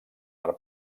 per